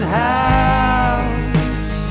house